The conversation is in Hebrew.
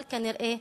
אבל כנראה,